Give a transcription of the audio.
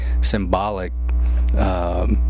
symbolic